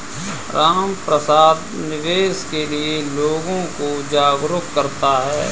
रामप्रसाद निवेश के लिए लोगों को जागरूक करता है